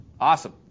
Awesome